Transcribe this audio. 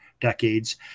decades